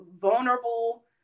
vulnerable